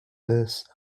this